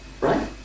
Right